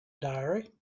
diary